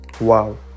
wow